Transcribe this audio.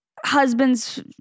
husband's